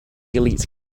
elite